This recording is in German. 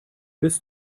bis